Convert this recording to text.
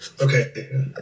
Okay